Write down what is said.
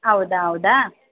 ಹೌದಾ ಹೌದಾ